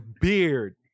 beard